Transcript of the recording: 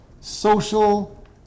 social